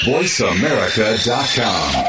VoiceAmerica.com